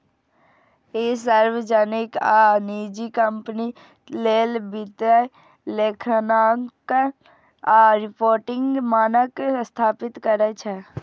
ई सार्वजनिक आ निजी कंपनी लेल वित्तीय लेखांकन आ रिपोर्टिंग मानक स्थापित करै छै